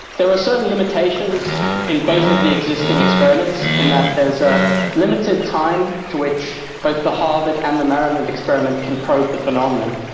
there are certain limitations in both of the existing experiments in that there's a limited time to which both the harvard and the maryland experiment can probe the phenomenon,